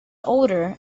older